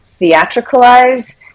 theatricalize